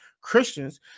Christians